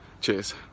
Cheers